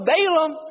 Balaam